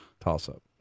toss-up